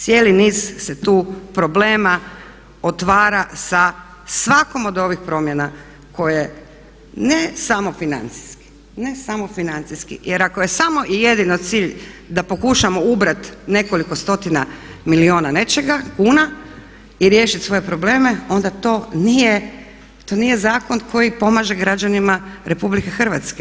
Cijeli niz se tu problema otvara sa svakom od ovih promjena koje ne samo financijski, ne samo financijski jer ako je samo i jedino cilj da pokušamo ubrati nekoliko stotina milijuna nečega, kuna, i riješit svoje probleme onda to nije, to nije zakon koji pomaže građanima RH.